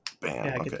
bam